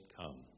come